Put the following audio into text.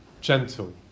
gentle